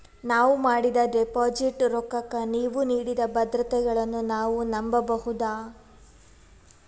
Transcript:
ನಾವು ಮಾಡಿದ ಡಿಪಾಜಿಟ್ ರೊಕ್ಕಕ್ಕ ನೀವು ನೀಡಿದ ಭದ್ರತೆಗಳನ್ನು ನಾವು ನಂಬಬಹುದಾ?